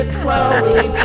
Chloe